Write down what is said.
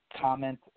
comment